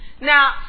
Now